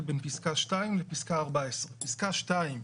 בין פסקה (2) לפסקה (14) פסקה (2)